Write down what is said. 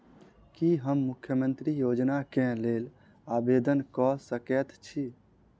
की हम मुख्यमंत्री योजना केँ लेल आवेदन कऽ सकैत छी?